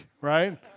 right